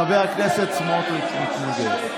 חבר הכנסת סמוטריץ מתנגד.